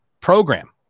program